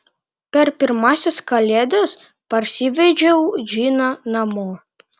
per pirmąsias kalėdas parsivedžiau džiną namo